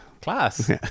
class